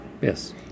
Yes